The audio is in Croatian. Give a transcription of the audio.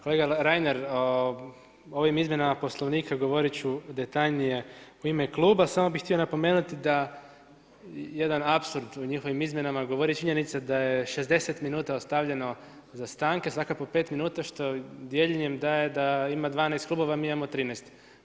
Kolega Reiner, ovim izmjenama Poslovnika govorit ću detaljnije u ime kluba, samo bih htio napomenuti da jedan apsurd u njihovim izmjenama govori činjenica daje 60 minuta ostavljeno zastanke, svaka po 5 minuta, što dijeljenjem daje da ima 12 klubova, mi imamo 13.